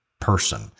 person